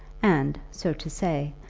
and, so to say,